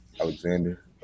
Alexander